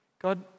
God